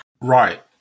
Right